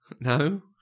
No